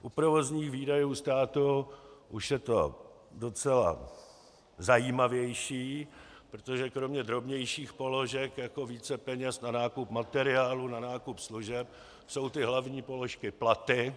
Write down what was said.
U provozních výdajů státu už je to docela zajímavější, protože kromě drobnějších položek jako vícepeněz na nákup materiálu, na nákup služeb jsou ty hlavní položky platy.